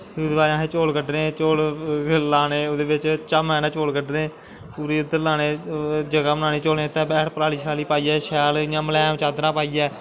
फ्ही ओह्दै बाद असैं चौसल कड्डने चौल लाने ओह्दै बिच्च तामै कन्नै चौल कड्डने पूरे उध्दर लाने जगा बनानी चौलैं गितै हैट्ठ पराली शराली शैल मसैम चाद्दरां सांद्दरां पाईयै